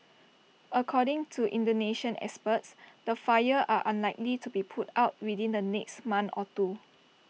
according to Indonesian experts the fires are unlikely to be put out within the next month or two